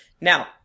Now